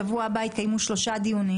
בשבוע הבא יתקיימו שלושה דיונים